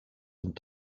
und